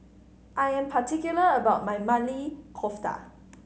I am particular about my Maili Kofta